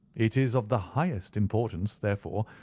it is of the highest importance, therefore,